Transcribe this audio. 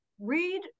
read